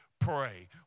Pray